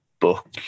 book